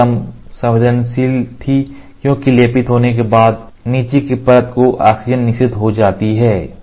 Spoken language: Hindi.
परत कम संवेदनशील थी क्योंकि लेपित होने के बाद नीचे की परत को ऑक्सीजन निषेध हो जाती है